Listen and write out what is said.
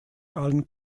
allen